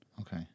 Okay